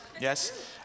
Yes